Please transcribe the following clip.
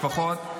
לאותן משפחות,